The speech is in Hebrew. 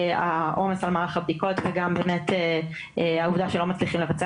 העומס על מערך הבדיקות וגם באמת העובדה שלא מצליחים לבצע